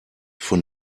von